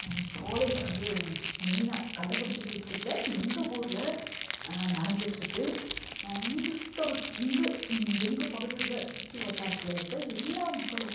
college வந்து மெயினா கள்ளக்குறிச்சி டிஸ்டிரிகில் எங்கள் ஊரில் நடந்துட்டுருக்கு இந்த சுத்தப்பத் இந்த எங்கள் பகுதியில் சுற்று வட்டாரத்தில் இருக்க எல்லாம் மக்களும்